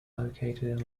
located